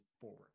forward